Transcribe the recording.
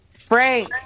Frank